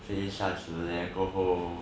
废一下子 then 过后